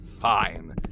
fine